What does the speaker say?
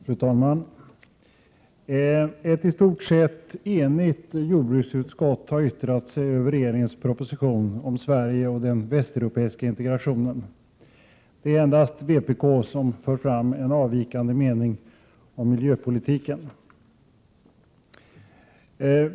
Fru talman! Ett i stort sett enigt jordbruksutskott har yttrat sig över regeringens proposition om Sverige och den västeuropeiska integrationen. Det är endast vpk som för fram en avvikande mening om miljöpolitiken.